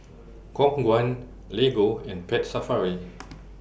Khong Guan Lego and Pet Safari